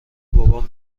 بابام